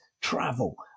travel